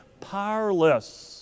powerless